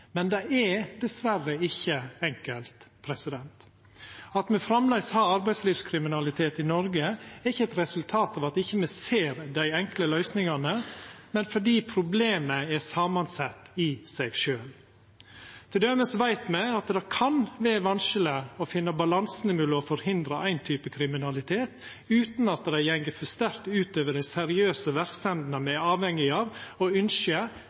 men det er dessverre ikkje enkelt. At me framleis har arbeidslivskriminalitet i Noreg, er ikkje eit resultat av at me ikkje ser dei enkle løysingane, men fordi problemet i seg sjølv er samansett. Til dømes veit me at det kan vera vanskeleg å finna balansen mellom å forhindra éin type kriminalitet utan at det går for sterkt ut over dei seriøse verksemdene me er avhengige av og ynskjer, nettopp for å